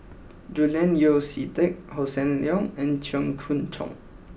Julian Yeo See Teck Hossan Leong and Cheong Choong Kong